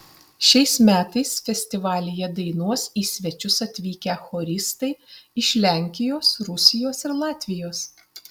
šiais metais festivalyje dainuos į svečius atvykę choristai iš lenkijos rusijos ir latvijos